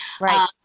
Right